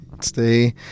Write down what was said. Stay